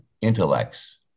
intellects